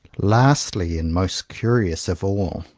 lastly, and most curious of all,